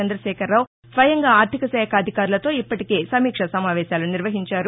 చంద్రశేఖర్రావు స్వయంగా ఆర్గిక శాఖ అధికారులతో ఇప్పటికే సమీక్షా సమావేశాలు నిర్వహించారు